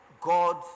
God